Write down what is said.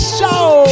Show